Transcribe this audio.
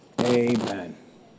Amen